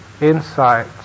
Insight